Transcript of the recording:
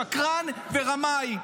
שקרן ורמאי.